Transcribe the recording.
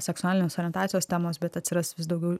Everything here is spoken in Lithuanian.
seksualinės orientacijos temos bet atsiras vis daugiau